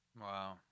Wow